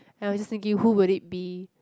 I was just thinking who would it be